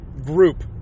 group